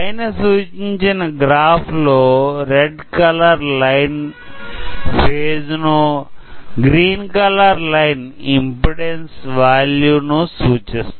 పైన చూపించిన గ్రాఫ్ లో రెడ్ కలర్ లైన్ ఫేజ్ ను green colour line impedance value ను సూచిస్తుంది